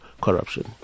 corruption